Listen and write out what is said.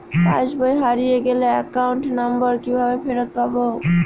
পাসবই হারিয়ে গেলে account number কিভাবে ফেরত পাব?